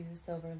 Silver